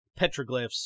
petroglyphs